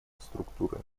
структурами